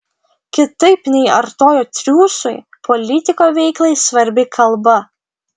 kitaip nei artojo triūsui politiko veiklai svarbi kalba